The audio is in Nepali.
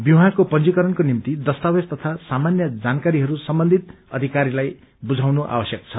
विवाहको पंजीकरणको निम्ति दस्तावेज तथा सामान्य जानकारीहरू सम्बन्धित अधिकारीलाई बुझाउनु आवश्यक छ